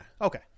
Okay